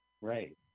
Right